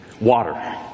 water